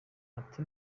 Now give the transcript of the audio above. ati